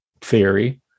theory